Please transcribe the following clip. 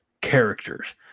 characters